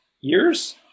years